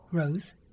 Rose